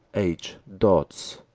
h. dodds.